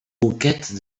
moquette